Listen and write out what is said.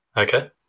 Okay